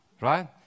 right